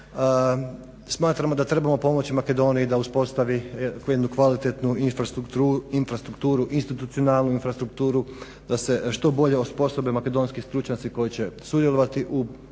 Smatramo da treba pomoći Makedoniji da uspostavi jednu kvalitetnu infrastrukturu, institucionalnu infrastrukturu, da se što bolje osposobe makedonski stručnjaci koji će sudjelovati u pregovorima